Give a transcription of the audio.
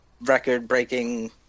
record-breaking